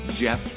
Jeff